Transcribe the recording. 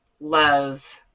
loves